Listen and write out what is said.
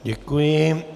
Děkuji.